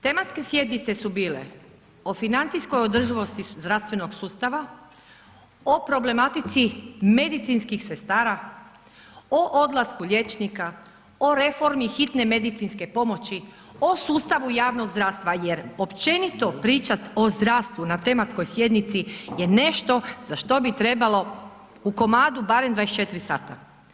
Tematske sjednice su bile o financijskoj održivost zdravstvenog sustava, o problematici medicinskih sestara, o odlasku liječnika, o reformi hitne medicinske pomoći, o sustavu javnog zdravstva jer općenito pričati o zdravstvu na tematskoj sjednici je nešto za što bi trebalo u komadu barem 24 sata.